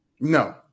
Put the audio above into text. No